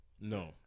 no